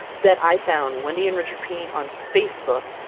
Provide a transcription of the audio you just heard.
that i found wendy and richard pini on facebook,